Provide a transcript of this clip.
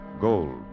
gold